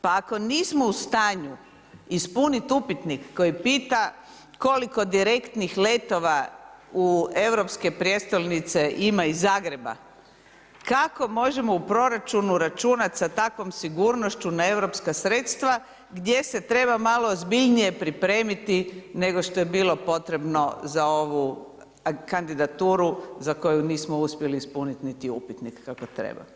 Pa ako nismo u stanju ispunit upitnik koji pita koliko direktnih letova u europske prijestolnice ima iz Zagreba, kako možemo u proračunu računati sa takvom sigurnošću na europska sredstva gdje se treba malo ozbiljnije pripremiti nego što je bilo potrebno za ovu kandidaturu za koju nismo uspjeli ispuniti niti upitnik kako treba.